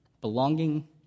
Belonging